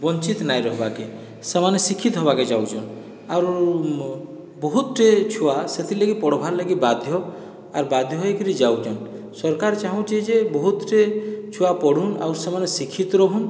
ବଞ୍ଚିତ୍ ନାଇଁ ରହିବାକେ ସେମାନେ ଶିକ୍ଷିତ ହେବାକେ ଯାଉଛଁଆରୁ ବହୁତଟେ ଛୁଆ ସେଥିଲାଗି ପଢ଼ବା ଲାଗି ବାଧ୍ୟ ଆର୍ ବାଧ୍ୟ ହୋଇକରି ଯାଉଛନ୍ ସରକାର ଚାହୁଁଛି ଯେ ବହୁତଟେ ଛୁଆ ପଢ଼ୁନ୍ ଆଉ ସେମାନେ ଶିକ୍ଷିତ ରହୁନ୍